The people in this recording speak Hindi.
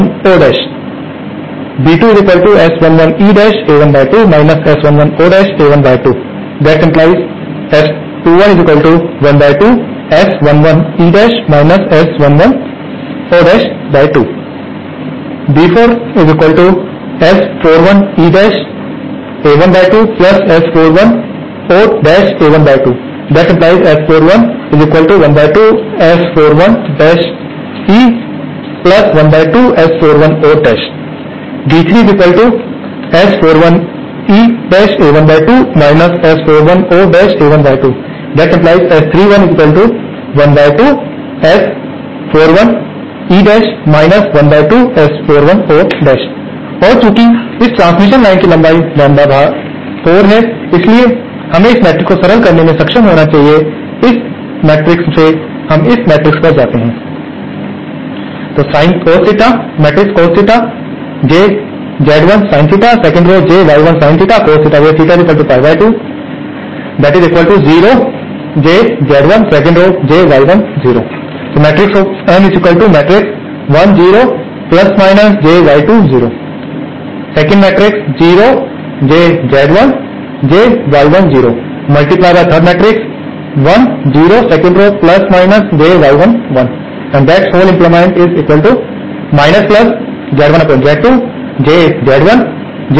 और चूंकि इस ट्रांसमिशन लाइन की लंबाई लैम्ब्डा भाग 4 है इसलिए हमें इस मैट्रिक्स को सरल करने में सक्षम होना चाहिए इस मैट्रिक्स से इस मैट्रिक्स पर जाते हैं